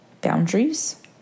boundaries